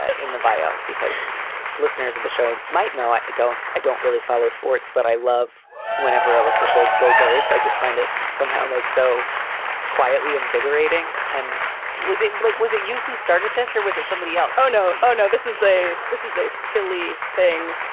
ah in the bio because listeners of the show might know. i don't i don't really follow sports, but i love whenever alyssa says go birds. i just find it somehow, like, so quietly invigorating. and was it like. was it you who started this or was it somebody else? oh, no. oh, no. this is a this is a philly thing.